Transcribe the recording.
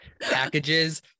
packages